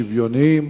יותר שוויוניים,